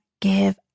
give